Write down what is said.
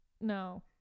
No